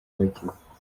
bakize